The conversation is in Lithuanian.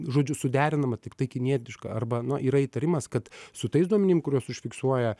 žodžiu suderinama tiktai kinietiška arba na yra įtarimas kad su tais duomenim kuriuos užfiksuoja